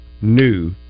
new